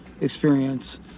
experience